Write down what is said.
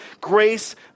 grace